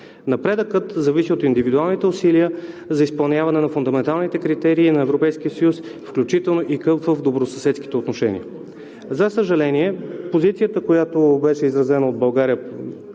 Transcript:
Напредъкът зависи от индивидуалните усилия за изпълняване на фундаменталните критерии на Европейския съюз, включително и в добросъседските отношения. За съжаление, позицията, която беше изразена от България